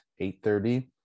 8.30